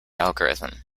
algorithm